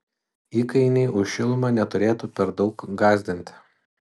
įkainiai už šilumą neturėtų per daug gąsdinti